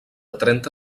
trenta